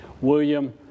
William